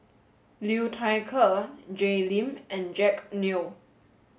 Liu Thai Ker Jay Lim and Jack Neo